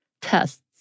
tests